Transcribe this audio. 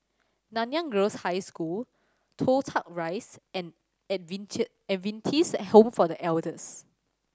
Nanyang Girls' High School Toh Tuck Rise and Adventist Home for The Elders